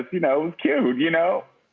you know, cued, you know,